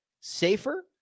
safer